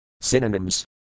Synonyms